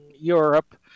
Europe